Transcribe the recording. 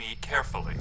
carefully